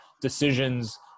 decisions